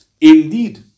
Indeed